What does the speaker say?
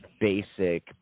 basic